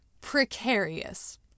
precarious